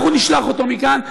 אנחנו נשלח אותו מכאן.